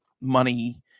money